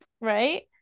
right